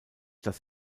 das